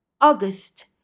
August